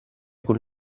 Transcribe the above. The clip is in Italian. con